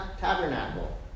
tabernacle